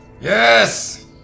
Yes